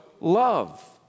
love